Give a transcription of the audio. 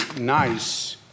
nice